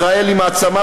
ישראל היא מעצמה,